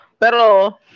Pero